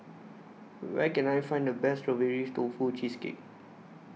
Where Can I Find The Best Strawberry Tofu Cheesecake